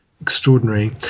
extraordinary